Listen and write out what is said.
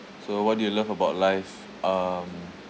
so what do you love about life um